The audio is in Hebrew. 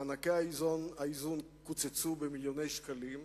מענקי האיזון קוצצו במיליוני שקלים,